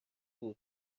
بود